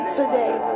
today